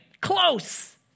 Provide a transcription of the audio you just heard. Close